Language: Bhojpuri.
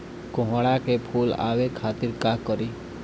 कोहड़ा में फुल आवे खातिर का करी?